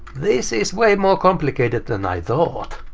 this is way more complicated than i thought!